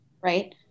right